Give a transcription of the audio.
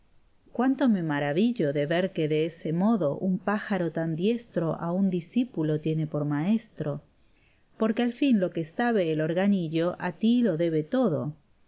cuánto me maravillo de ver que de ese modo un pájaro tan diestro a un discípulo tiene por maestro porque al fin lo que sabe el organillo a ti lo debe todo